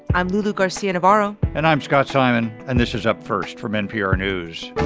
i'm lulu garcia-navarro and i'm scott simon, and this is up first from npr news.